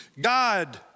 God